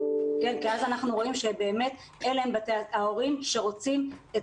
כי אז אנחנו רואים שבאמת אלה ההורים שרוצים את